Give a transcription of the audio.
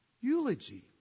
Eulogy